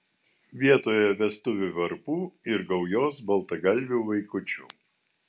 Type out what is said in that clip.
vietoje vestuvių varpų ir gaujos baltgalvių vaikučių